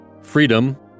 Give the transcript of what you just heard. freedom